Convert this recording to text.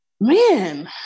man